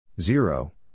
Zero